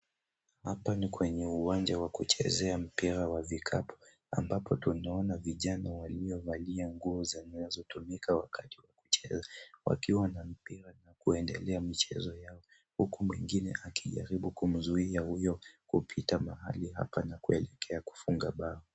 Hapa ni kwenye uwanja wa kuchezea mpira wa vikapu ambapo tunaona vijana waliovalia nguo zinazotumika wakati wa kucheza wakiwa na mpira na kuendelea mchezo yao huku mwingine akijaribu kumzuia huyo kupita mahali hapa na kuelekea kufunga bao.